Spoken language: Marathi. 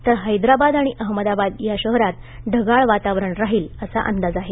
तर हैद्राबाद आणि अहमदाबाद या शहरांत ढगाळ वातावरण राहील असा अंदाज आहे